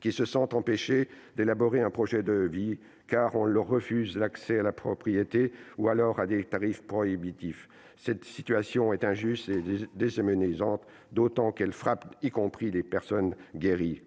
qui se sentent empêchées d'élaborer un projet de vie, car on leur refuse l'accès à la propriété, ou alors on le leur consent à des tarifs prohibitifs. Cette situation est injuste et déshumanisante, d'autant plus qu'elle frappe également les personnes guéries.